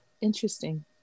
interesting